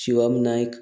Shivam Naik